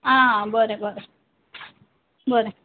आं बरें बरें बरें